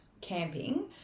camping